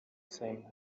same